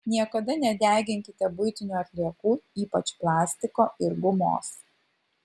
niekada nedeginkite buitinių atliekų ypač plastiko ir gumos